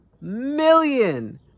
million